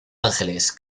angeles